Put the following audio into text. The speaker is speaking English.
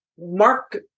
Mark